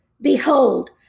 Behold